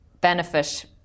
benefit